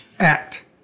act